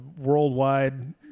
worldwide